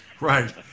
Right